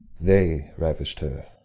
they ravish'd her,